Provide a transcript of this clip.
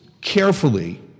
carefully